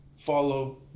follow